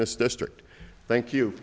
this district thank you